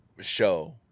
show